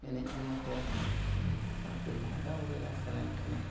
ᱮᱱᱮᱡ ᱡᱚᱝ ᱟᱠᱚ ᱥᱟᱶᱛᱮ ᱦᱟᱨᱟ ᱵᱩᱨᱩᱭᱮᱱᱟᱭ ᱥᱮᱬᱟᱭᱮᱱ ᱠᱷᱟᱱᱮ